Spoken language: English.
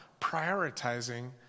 prioritizing